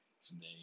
Today